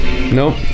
Nope